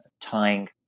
tying